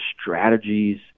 strategies